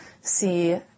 see